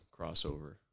crossover